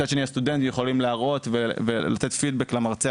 מצד שני הסטודנטים יכולים להראות ולתת פידבק למרצה